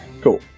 Cool